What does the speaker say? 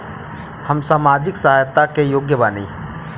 हम सामाजिक सहायता के योग्य बानी?